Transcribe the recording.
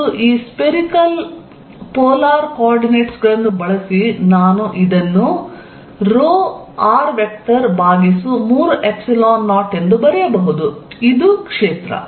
ಮತ್ತು ಈ spherical polar coordinates ಗಳನ್ನು ಬಳಸಿ ನಾನು ಇದನ್ನು r ಭಾಗಿಸು 30 ಎಂದು ಬರೆಯಬಹುದು ಇದು ಕ್ಷೇತ್ರ